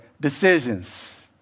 decisions